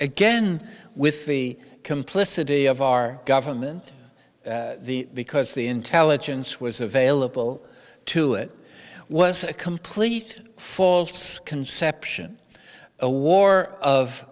again with the complicity of our government because the intelligence was available to it was a complete faults conception a war of